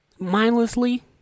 Mindlessly